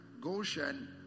Goshen